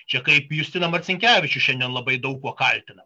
čia kaip justiną marcinkevičių šiandien labai daug kuo kaltina